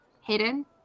hidden